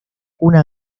una